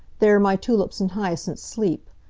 there my tulips and hyacinths sleep.